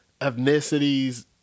ethnicities